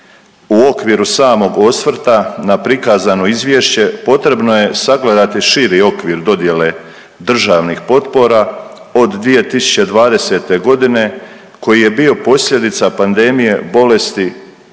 U okviru samog osvrta na prikazano izvješće potrebno je sagledati širi okvir dodjele državnih potpora od 2020. godine koji je bio posljedica pandemije bolesti covid-19